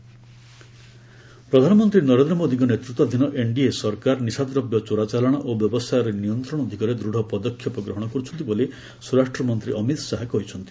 Amit Shah drug trafficking ପ୍ରଧାନମନ୍ତ୍ରୀ ନରେନ୍ଦ୍ର ମୋଦିଙ୍କ ନେତୃତ୍ୱାଧୀନ ଏନ୍ଡିଏ ସରକାର ନିଶାଦ୍ରବ୍ୟ ଚୋରାଚାଲାଣ ଓ ବ୍ୟବସାୟର ନିୟନ୍ତ୍ରଣ ଦିଗରେ ଦୂଢ଼ ପଦକ୍ଷେପ ଗ୍ରହଣ କରୁଛନ୍ତି ବୋଲି ସ୍ୱରାଷ୍ଟ୍ରମନ୍ତ୍ରୀ ଅମିତ ଶାହା କହିଛନ୍ତି